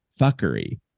fuckery